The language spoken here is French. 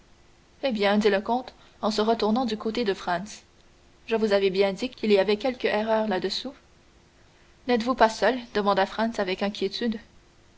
eh bien dit le comte en se retournant du côté de franz je vous avais bien dit qu'il y avait quelque erreur là-dessous n'êtes-vous pas seul demanda vampa avec inquiétude